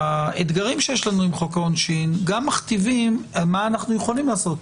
והאתגרים שיש לנו עם חוק העונשין גם מכתיבים על מה אנחנו יכולים לעשות